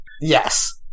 Yes